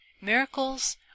miracles